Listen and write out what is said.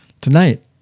tonight